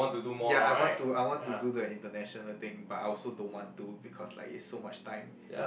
ya I want to I want to do the international thing but I also don't want to because like is so much time